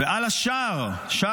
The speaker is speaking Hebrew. ברשות ובסמכות.